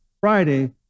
Friday